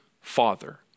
Father